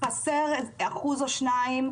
שחסר אחוז או שניים.